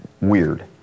weird